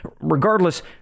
regardless